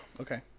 okay